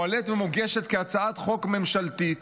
ומועלית ומוגשת כהצעת חוק ממשלתית,